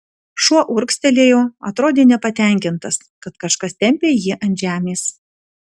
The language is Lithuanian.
šuo urgztelėjo atrodė nepatenkintas kad kažkas tempia jį ant žemės